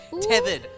Tethered